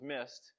missed